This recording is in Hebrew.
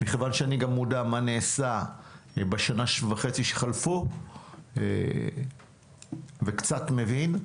מכיוון שאני גם מודע מה נעשה בשנה וחצי שחלפו וקצת מבין.